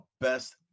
best